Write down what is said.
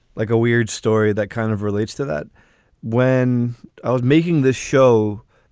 like a weird story that kind of relates to that when i was making this show.